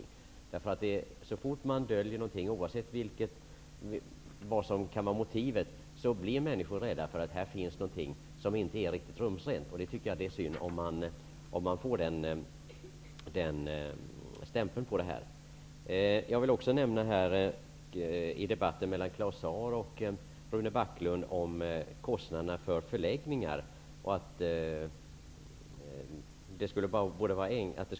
Så fort något döljs, oavsett motivet, blir människor rädda för att här finns något som inte är riktigt rumsrent. Jag tycker att det är synd verksamheten får denna stämpel. Jag vill också nämna frågan om kostnader för förläggningar, som Rune Backlund och Claus Zaar debatterade.